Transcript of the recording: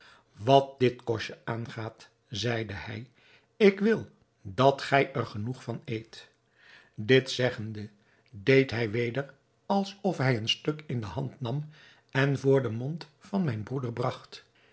wat dit kostje aangaat zeide hij ik wil dat gij er genoeg van eet dit zeggende deed hij weder alsof hij een stuk in de hand nam en voor den mond van mijn broeder bragt